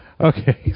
Okay